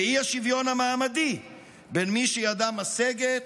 והאי-שוויון המעמדי בין מי שידם משגת